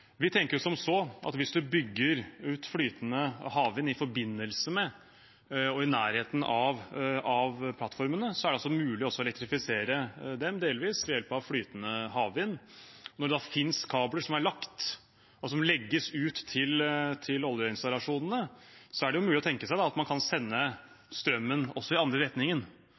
Vi tenker som så: Hvis man bygger ut flytende havvind i forbindelse med og i nærheten av plattformene, er det mulig å elektrifisere dem delvis ved hjelp av flytende havvind. Når det da finnes kabler som er lagt, og som legges ut til oljeinstallasjonene, er det mulig å tenke seg at man kan sende strømmen også i den andre retningen.